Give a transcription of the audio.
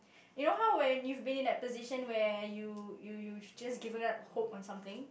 you know how when you have been in a position when you you you have just given up hope on something